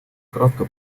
кратко